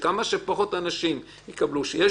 אמרנו שיהיה